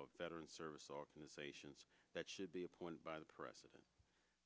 of veteran service organizations that should be appointed by the president